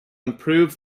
improve